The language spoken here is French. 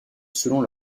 selon